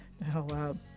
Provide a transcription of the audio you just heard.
Now